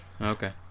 Okay